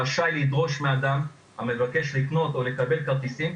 רשאי לדרוש מאדם המבקש לקנות או לקבל כרטיסים,